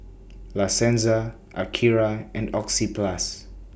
La Senza Akira and Oxyplus